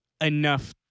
Enough